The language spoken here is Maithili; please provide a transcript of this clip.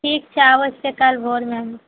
ठीक छै आबय छियै काल्हि भोरमे ही